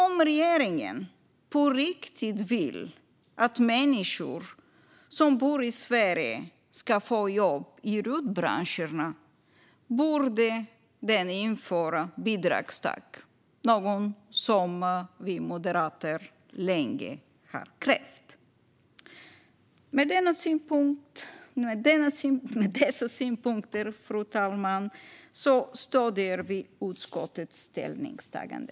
Om regeringen på riktigt vill att människor som bor i Sverige ska få jobb i RUT-branscherna borde den införa bidragstak, något som vi moderater länge har krävt. Fru talman! Med dessa synpunkter stöder jag utskottets ställningstagande.